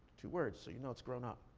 two words, so you know it's grown-up.